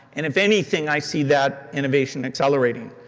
and, if anything, i see that innovation accelerating.